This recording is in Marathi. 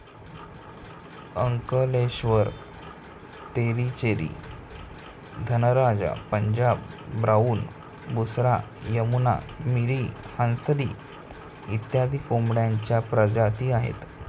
अंकलेश्वर, तेलीचेरी, धनराजा, पंजाब ब्राऊन, बुसरा, यमुना, मिरी, हंसली इत्यादी कोंबड्यांच्या प्रजाती आहेत